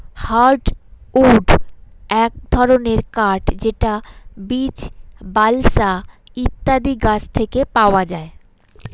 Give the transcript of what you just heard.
hardwood এক ধরনের কাঠ যেটা বীচ, বালসা ইত্যাদি গাছ থেকে পাওয়া যায়